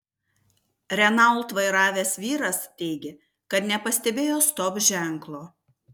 renault vairavęs vyras teigė kad nepastebėjo stop ženklo